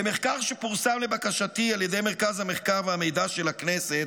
במחקר שפורסם לבקשתי על ידי מרכז המחקר והמידע של הכנסת,